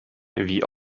wie